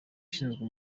ishinzwe